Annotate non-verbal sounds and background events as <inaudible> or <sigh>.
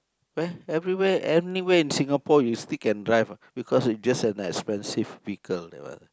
<noise> everywhere anywhere in Singapore you stick and drive what because it's just an expensive vehicle that one